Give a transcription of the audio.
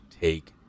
take